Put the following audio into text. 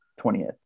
20th